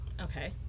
Okay